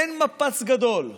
אין מפץ גדול,